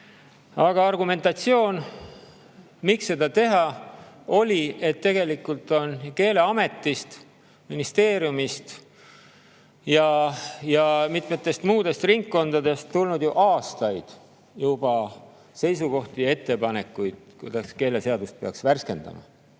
Aga argumentatsioon, miks seda teha, oli, et tegelikult on Keeleametist, ministeeriumist ja mitmetest muudest ringkondadest tulnud ju aastaid juba seisukohti ja ettepanekuid, kuidas keeleseadust peaks värskendama.